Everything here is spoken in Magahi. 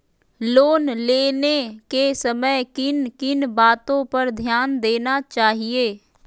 लोन लेने के समय किन किन वातो पर ध्यान देना चाहिए?